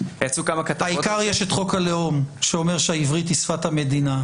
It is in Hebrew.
העיקר יש חוק הלאום שאומר שעברית היא שפת המדינה.